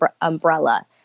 umbrella